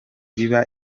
iba